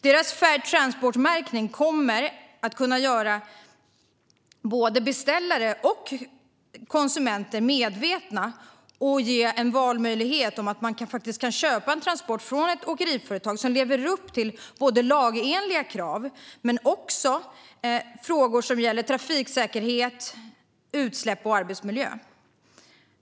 Deras Fair Transport-märkning kommer att kunna göra både beställare och konsumenter medvetna och ge valmöjligheten att köpa en transport från ett åkeriföretag som lever upp till lagenliga krav vad gäller trafiksäkerhet, utsläpp och arbetsmiljö.